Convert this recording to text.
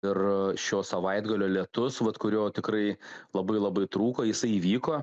ir šio savaitgalio lietus vat kurio tikrai labai labai trūko jisai įvyko